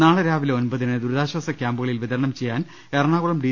നാളെ രാവിലെ ഒൻപതിന് ദുരി താശ്വാസ ക്യാമ്പുകളിൽ വിതരണം ചെയ്യാൻ എറണാകുളം ഡി